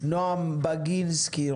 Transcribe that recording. נועם בגינסקי,